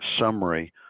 summary